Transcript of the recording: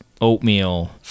oatmeal